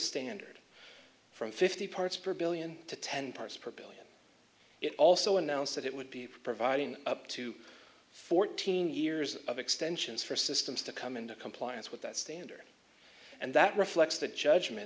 standard from fifty parts per billion to ten parts per billion it also announced that it would be providing up to fourteen years of extensions for systems to come into compliance with that standard and that reflects the judgment